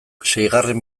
seigarren